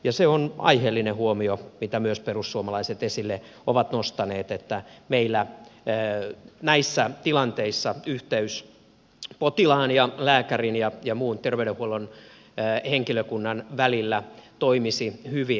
se on aiheellinen huomio mitä myös perussuomalaiset esille ovat nostaneet että meillä näissä tilanteissa yhteys potilaan ja lääkärin ja muun terveydenhuollon henkilökunnan välillä toimisi hyvin